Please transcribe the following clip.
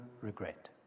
regret